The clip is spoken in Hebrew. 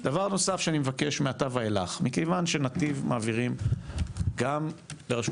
דבר נוסף שאני מבקש מעתה ואילך מכיוון ש"נתיב" מעבירים גם לרשות